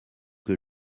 que